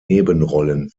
nebenrollen